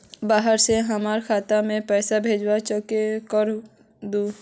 बाहर से हमरा खाता में पैसा भेजलके चेक कर दहु?